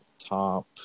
Top